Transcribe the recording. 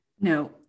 No